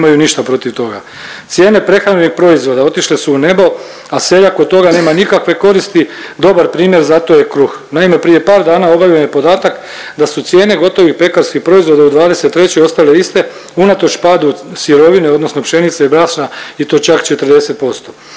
Cijene prehrambenih proizvoda otišle su u nebo, a seljak od toga nema nikakve koristi, dobar primjer za to je kruh. Naime, prije par dana objavljen je podatak da su cijene gotovih pekarskih proizvoda u '23. ostale iste unatoč padu sirovine odnosno pšenice i brašna i to čak 40%.